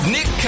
Nick